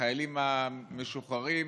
החיילים המשוחררים: